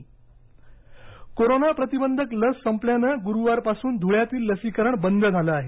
लसीकरण धळे कोरोना प्रतिबंधक लस संपल्यानं गुरूवारपासून धुळ्यातील लसीकरण बंद झालं आहे